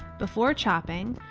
before chopping,